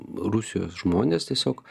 rusijos žmonės tiesiog